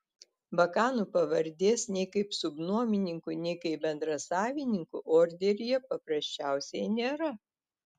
bakanų pavardės nei kaip subnuomininkų nei kaip bendrasavininkų orderyje paprasčiausiai nėra